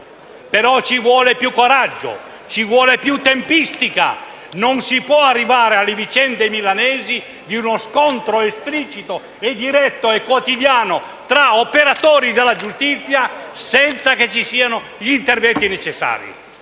però ci vuole più coraggio, ci vuole più tempistica; non si può arrivare alle vicende milanesi di uno scontro esplicito, diretto e quotidiano tra operatori della giustizia senza che vi siano gli interventi necessari.